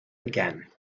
again